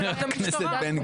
ברורה השאלה או לחזור?